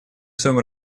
своем